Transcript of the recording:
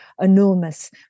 enormous